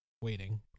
waiting